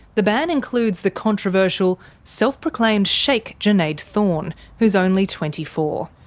the ban includes the controversial self-proclaimed sheikh junaid thorne who's only twenty four.